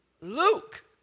Luke